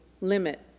limit